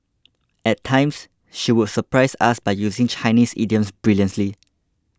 at times she would surprise us by using Chinese idioms brilliantly